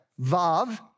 Vav